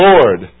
Lord